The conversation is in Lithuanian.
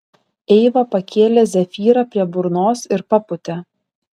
eiva pakėlė zefyrą prie burnos ir papūtė